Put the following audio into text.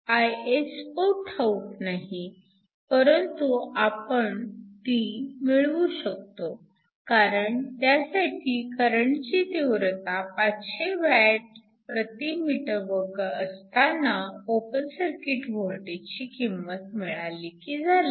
Iso ठाऊक नाही परंतु आपण ती मिळवू शकतो कारण त्यासाठी करंटची तीव्रता 500 watts m 2 असताना ओपन सर्किट वोल्टेजची किंमत मिळाली की झाले